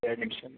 ಎರ್ಡು ನಿಮಿಷ